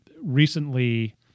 recently